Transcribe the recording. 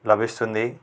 లభిస్తుంది